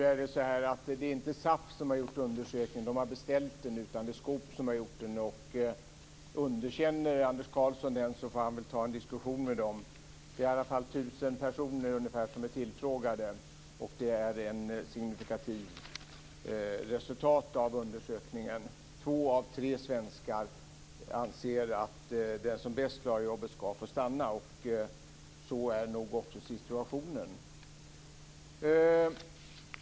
Fru talman! Det är inte SAF som har gjort undersökningen. SAF har beställt den, men det är Skop som har gjort den. Om Anders Karlsson underkänner den, får han väl ta en diskussion med dem. Det är i alla fall ungefär tusen personer som är tillfrågade, och resultatet av undersökningen är signifikativt. Två av tre svenskar anser att den som bäst klarar jobbet skall få stanna, och så är nog också situationen.